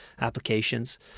applications